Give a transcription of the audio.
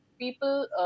people